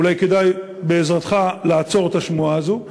אולי כדאי בעזרתך לעצור את השמועה הזאת.